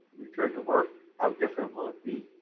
return to work, how different will it be?